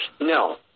No